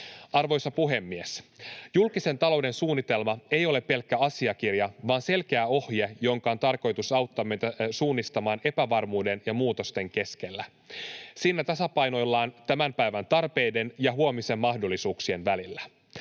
Arvoisa puhemies! Julkisen talouden suunnitelma ei ole pelkkä asiakirja, vaan selkeä ohje, jonka on tarkoitus auttaa meitä suunnistamaan epävarmuuden ja muutosten keskellä. Siinä tasapainoillaan tämän päivän tarpeiden ja huomisen mahdollisuuksien välillä.